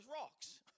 rocks